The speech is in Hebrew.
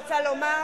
שיחזירו את השטחים,